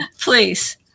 Please